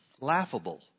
laughable